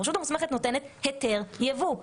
הרשות המוסמכת נותנת היתר יבוא.